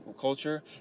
culture